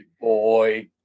boy